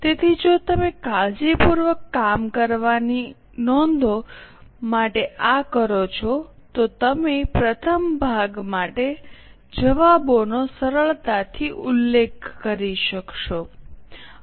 તેથી જો તમે કાળજીપૂર્વક કામ કરવાની નોંધો માટે આ કરો છો તો તમે પ્રથમ ભાગ માટે જવાબોનો સરળતાથી ઉલ્લેખ કરી શકશો